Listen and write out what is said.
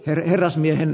herrasmiehen